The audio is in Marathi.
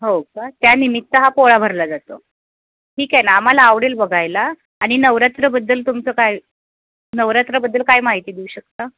हो का त्यानिमित्त हा पोळा भरला जातो ठीक आहे ना आम्हाला आवडेल बघायला आणि नवरात्रबद्दल तुमचं काय नवरात्राबद्दल काय माहिती देऊ शकता